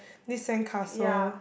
this sandcastle